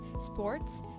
sports